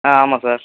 ஆ ஆமாம் சார்